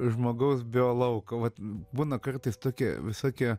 žmogaus biolauką vat būna kartais tokie visokie